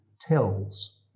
tells